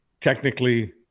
Technically